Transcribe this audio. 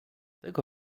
tego